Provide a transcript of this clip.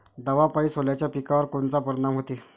दवापायी सोल्याच्या पिकावर कोनचा परिनाम व्हते?